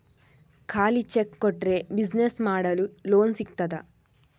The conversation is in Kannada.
ಖಾಲಿ ಚೆಕ್ ಕೊಟ್ರೆ ಬಿಸಿನೆಸ್ ಮಾಡಲು ಲೋನ್ ಸಿಗ್ತದಾ?